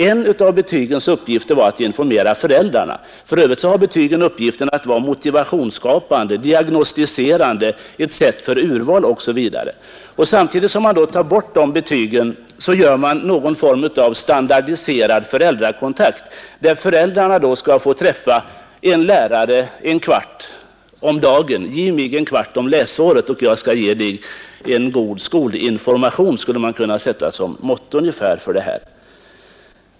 En av betygens uppgifter var att informera föräldrarna. För övrigt har betygen haft uppgiften att vara motivationsskapande, diagnostiserande, att vara ett sätt för urval osv. Samtidigt som man tar bort betygen inför man en form av standardiserad föräldrakontakt; föräldrarna skall få träffa läraren en kvart. ”Ge mig en kvart om läsåret och jag skall ge dig en god information” skulle man kunna sätta som motto för detta.